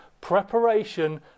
Preparation